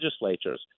legislatures